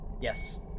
Yes